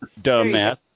dumbass